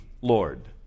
Lord